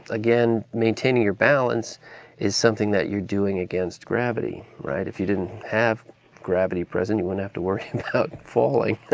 again, maintaining your balance is something that you're doing against gravity, right? if you didn't have gravity present, you wouldn't have to worry about falling.